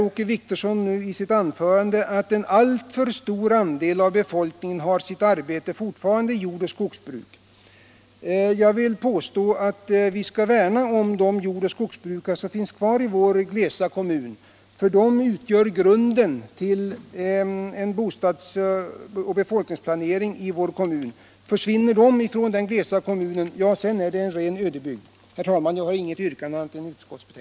Åke Wictorsson nämnde i sitt anförande att en alltför stor andel av befolkningen fortfarande har sitt arbete i jordoch skogsbruk. Jag vill påstå att vi skall värna om de jordoch skogsbrukare som finns kvar i vår glesa kommun. De utgör grunden för en bostadsoch befolkningsplanering i vår kommun. Försvinner de blir kommunen en ren ödeby. Herr talman! Jag har inget annat yrkande än utskottets.